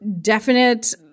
definite